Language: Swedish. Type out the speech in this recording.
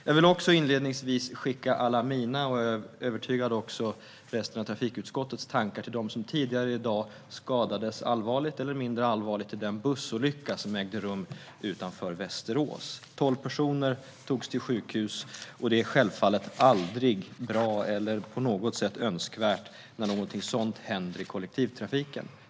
Jag vill också inledningsvis skicka alla mina och också, är jag övertygad om, resten av trafikutskottets tankar till dem som tidigare i dag skadades allvarligt eller mindre allvarligt i den bussolycka som ägde rum utanför Västerås. Tolv personer togs till sjukhus, och det är självfallet aldrig bra eller på något sätt önskvärt när någonting sådant händer i kollektivtrafiken.